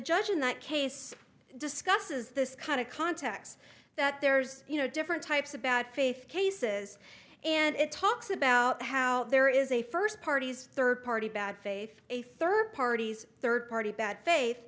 judge in that case discusses this kind of contacts that there's you know different types of bad faith cases and it talks about how there is a first party's third party bad faith a third parties third party bad fa